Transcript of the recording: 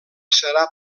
serà